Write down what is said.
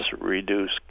reduce